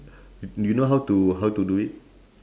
do you know how to how to do it